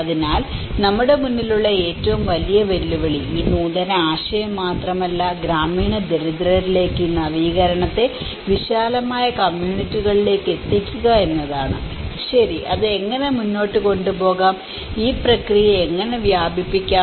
അതിനാൽ നമ്മുടെ മുന്നിലുള്ള ഏറ്റവും വലിയ വെല്ലുവിളി ഒരു നൂതനാശയം മാത്രമല്ല ഗ്രാമീണ ദരിദ്രരിലേക്ക് ഈ നവീകരണത്തെ വിശാലമായ കമ്മ്യൂണിറ്റികളിലേക്ക് എത്തിക്കുക എന്നതാണ് ശരി അത് എങ്ങനെ മുന്നോട്ട് കൊണ്ടുപോകാം ഈ പ്രക്രിയയെ എങ്ങനെ വ്യാപിപ്പിക്കാം